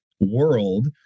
world